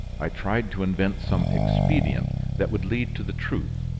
i tried to invent some expedient that would lead to the truth,